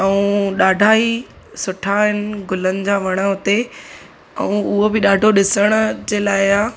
ऐं ॾाढा ई सुठा आहिनि गुलनि जा वण हुते ऐं उहो बि ॾाढो ॾिसण जे लाइ आइ